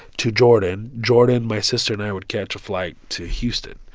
to jordan. jordan, my sister and i would catch a flight to houston.